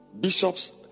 Bishop's